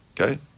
Okay